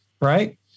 right